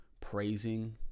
praising